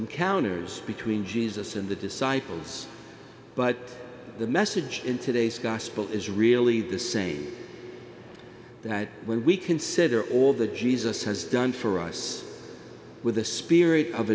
encounters between jesus and the disciples but the message in today's gospel is really the same that when we consider all the jesus has done for us with a spirit of